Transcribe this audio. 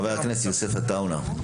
חבר הכנסת יוסף עטאונה.